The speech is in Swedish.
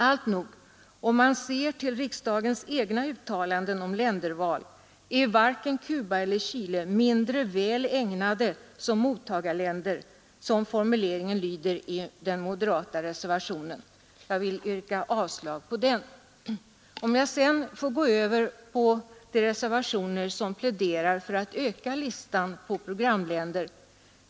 Alltnog: Om man ser till riksdagens egna uttalanden rörande länderval är varken Cuba eller Chile mindre väl ägnade som mottagarländer, som formuleringen lyder i den moderata reservationen. Jag för min del vill helt naturligt understryka det riktiga i utskottets ställningstagande på denna punkt. Jag går så över till de reservationer som pläderar att man skall öka listan över programländer.